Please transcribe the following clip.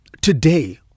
Today